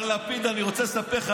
אני רוצה לספר לך,